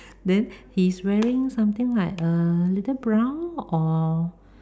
then he's wearing something like err little brown or